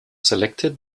selected